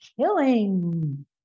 killing